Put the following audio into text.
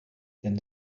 denn